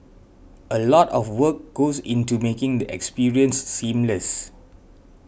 a lot of work goes into making the experience seamless